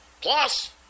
plus